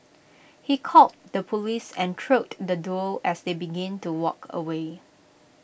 he called the Police and trailed the duo as they begin to walk away